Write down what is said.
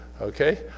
okay